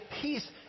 peace